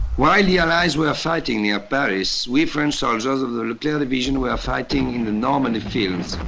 while the allies were fighting near paris, we french soldiers of the declaire division were fighting in the normandy fields.